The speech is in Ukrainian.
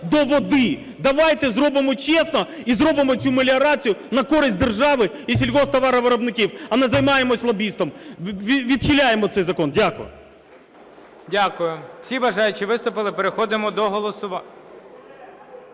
до води. Давайте зробимо чесно, і зробимо цю меліорацію на користь держави і сільгосптоваровиробників, а не займаємось лобізмом. Відхиляємо цей закон. Дякую. ГОЛОВУЮЧИЙ. Дякую. Всі бажаючі виступили. Переходимо до голосування.